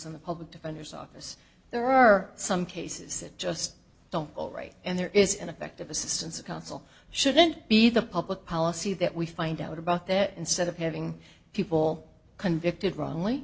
in the public defender's office there are some cases that just don't call right and there is ineffective assistance of counsel shouldn't be the public policy that we find out about that instead of having people convicted wrongly